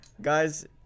Guys